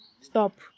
Stop